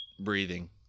breathing